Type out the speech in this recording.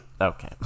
Okay